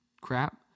crap